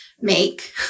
make